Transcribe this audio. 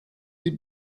sie